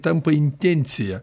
tampa intencija